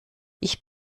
ich